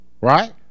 right